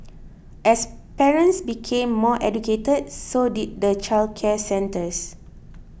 as parents became more educated so did the childcare centres